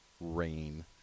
rain